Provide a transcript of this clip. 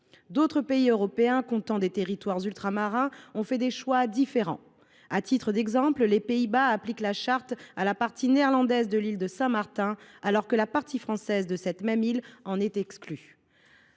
D’autres pays européens comptant des territoires ultramarins ont fait des choix différents. À titre d’exemple, les Pays Bas appliquent la Charte à la partie néerlandaise de l’île de Saint Martin, alors que la partie française de cette même île en est exclue.